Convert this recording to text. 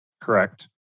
Correct